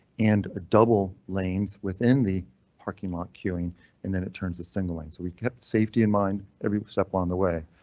and a double lanes within the parking lot queuing and then it turns a single line, so we kept safety in mind every step on the way.